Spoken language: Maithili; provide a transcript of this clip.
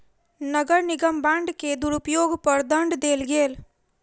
नगर निगम बांड के दुरूपयोग पर दंड देल गेल